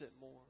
more